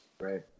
Right